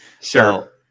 Sure